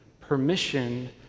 permission